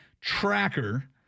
tracker